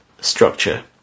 structure